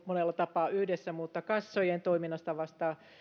monella tapaa yhdessä mutta kassojen toiminnasta vastaa